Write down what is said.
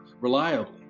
reliably